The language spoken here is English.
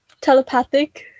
telepathic